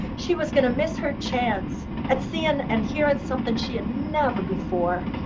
she was going to miss her chance at seeing and hearing something she had never before.